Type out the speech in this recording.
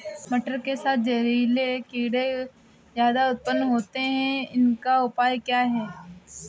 मटर के साथ जहरीले कीड़े ज्यादा उत्पन्न होते हैं इनका उपाय क्या है?